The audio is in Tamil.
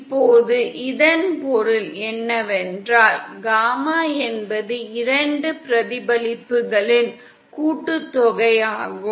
இப்போது இதன் பொருள் என்னவென்றால் காமா என்பது 2 பிரதிபலிப்புகளின் கூட்டுத்தொகை ஆகும்